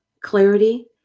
clarity